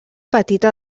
petita